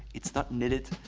it's not knitted,